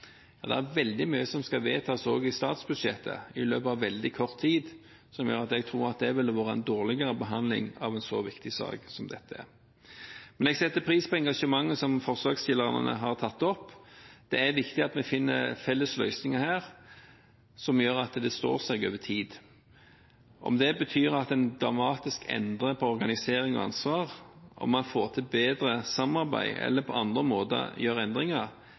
at det er veldig mye som skal vedtas også i statsbudsjettet i løpet av veldig kort tid, som gjør at jeg tror det ville blitt en dårligere behandling av en så viktig sak som dette er. Men jeg setter pris på engasjementet som forslagsstillerne har. Det er viktig at vi finner felles løsninger her, som gjør at det står seg over tid. Om det betyr at en dramatisk endrer på organisering og ansvar, om man får til bedre samarbeid eller på andre måter